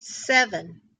seven